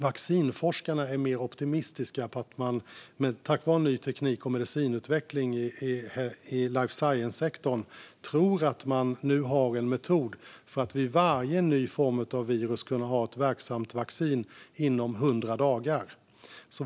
Vaccinforskarna är nu mer optimistiska i och med att man tack vare ny teknik och medicinutveckling i life science-sektorn tror att man nu har en metod för att vid varje ny form av virus kunna ha ett verksamt vaccin inom 100 dagar.